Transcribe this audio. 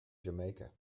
jamaica